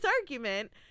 argument